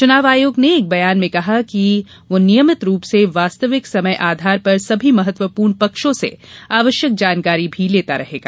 चुनाव आयोग ने एक बयान में कहा कि वह नियमित रूप से वास्तविक समय आधार पर सभी महत्वपूर्ण पक्षों से आवश्यक जानकारी भी लेता रहेगा